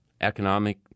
economic